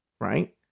Right